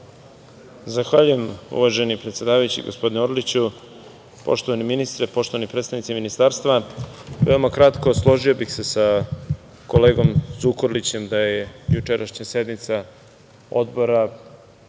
Milićević** Uvažen predsedavajući gospodine Orliću, poštovani ministre, poštovani predstavnici Ministarstva, veoma kratko, složio bih se sa kolegom Zukorlićem da je jučerašnja sednica Odbora